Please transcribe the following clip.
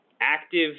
active